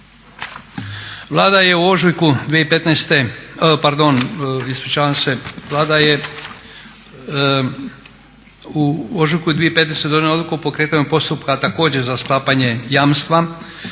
Vlada je u ožujku 2015. donijela odluku o pokretanju postupka također za sklapanje jamstva